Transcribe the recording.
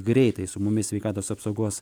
greitai su mumis sveikatos apsaugos